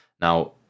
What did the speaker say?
now